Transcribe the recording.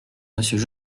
monsieur